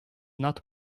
not